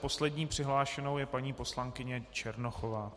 A poslední přihlášenou je paní poslankyně Černochová.